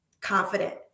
confident